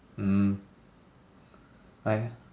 mm I